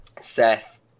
Seth